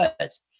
words